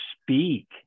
speak